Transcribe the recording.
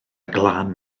glan